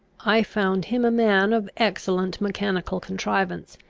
i found him a man of excellent mechanical contrivance,